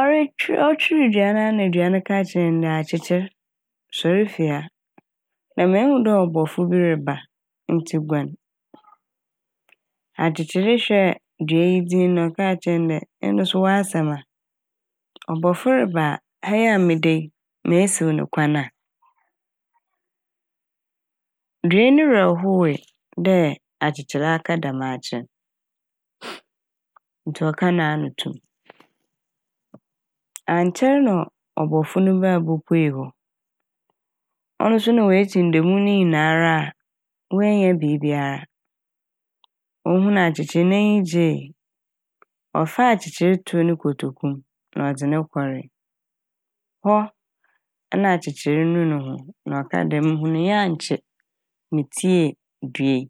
Ɔre - ɔtwer dua no a na dua n' kaa kyerɛɛ ne dɛ akyekyer soɛr fi ha na mehu dɛ ɔbɔfo bi reba ntsi guan. Akyekyer hwɛɛ dua yi dzinn na ɔkaa kyerɛɛ ne dɛ eno so w'asɛm a ɔbɔfo reba a ha yi a meda yi mesiw ne kwan a. Dua yi ne werɛ howee dɛ akyekyerɛ aka dɛm akyerɛ n' ntsi ɔkaa n'ano to m'. Annkyɛr na ɔbɔfo no baa bopuei hɔ ɔno so na oekyin da mu ne nyinara a oennya biibiara ohun akyekyer no n'enyi gyee. Ɔfaa akyekyer too no kotoku m' na ɔdze no kɔree hɔ na akyekyere nuu no ho na ɔkaa dɛ muhunii ankyɛ metsie dua yi.